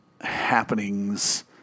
happenings